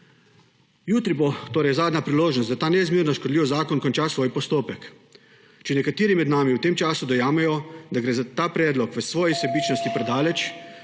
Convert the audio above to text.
Jutri bo torej zadnja priložnost, da ta neizmerno škodljiv zakon konča svoj postopek. Če nekateri med nami v tem času dojamejo, da gre ta predlog v svoji sebičnosti predaleč,